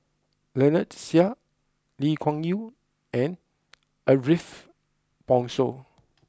Lynnette Seah Lee Kuan Yew and Ariff Bongso